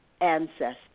ancestors